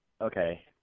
Okay